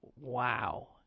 wow